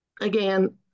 again